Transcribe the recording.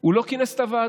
הוא לא כינס את הוועדה.